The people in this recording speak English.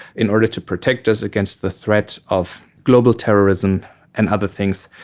in order to protect us against the threat of global terrorism and other things,